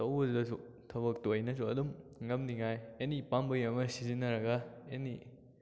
ꯇꯧꯕꯗꯨꯗꯁꯨ ꯊꯕꯛꯇꯨ ꯑꯩꯅꯁꯨ ꯑꯗꯨꯝ ꯉꯝꯅꯤꯉꯥꯏ ꯑꯦꯅꯤ ꯄꯥꯝꯕꯩ ꯑꯃ ꯁꯤꯖꯤꯟꯅꯔꯒ ꯑꯦꯅꯤ